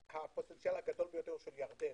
הפוטנציאל הגדול ביותר של ירדן,